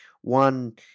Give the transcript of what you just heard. one